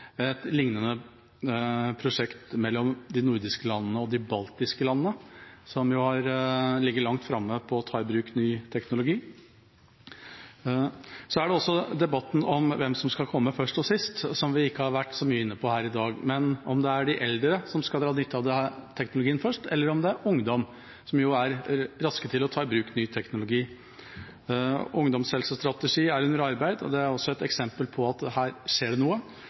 et lignende prosjekt mellom de nordiske landene og de baltiske landene, som ligger langt framme i å ta i bruk ny teknologi. Så er det også debatten om hvem som skal komme først og sist, som vi ikke har vært så mye inne på her i dag – om det er de eldre som skal dra nytte av teknologien først, eller om det er ungdom, som jo er raske til å ta i bruk ny teknologi. En ungdomshelsestrategi er under arbeid, og det er også et eksempel på at her skjer det noe.